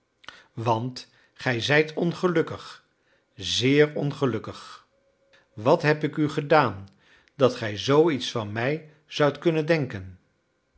want gij zijt ongelukkig zeer ongelukkig wat heb ik u gedaan dat gij zoo iets van mij zoudt kunnen denken